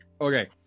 Okay